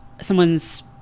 someone's